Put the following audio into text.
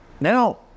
now